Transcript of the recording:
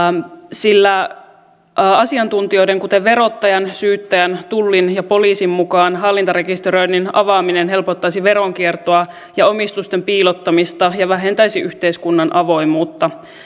sillä asiantuntijoiden kuten verottajan syyttäjän tullin ja poliisin mukaan hallintarekisteröinnin avaaminen helpottaisi veronkiertoa ja omistusten piilottamista ja vähentäisi yhteiskunnan avoimuutta